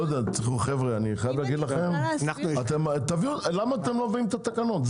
למה אתם לא מביאים את התקנות?